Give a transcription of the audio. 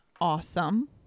awesome